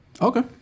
Okay